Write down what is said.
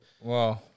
Wow